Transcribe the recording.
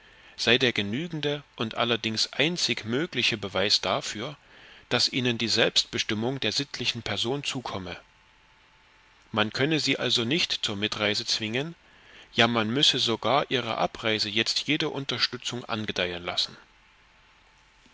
sei der genügende und allerdings einzig mögliche beweis dafür daß ihnen die selbstbestimmung der sittlichen person zukomme man könne sie also nicht zur mitreise zwingen ja man müsse sogar ihrer abreise jetzt jede unterstützung angedeihen lassen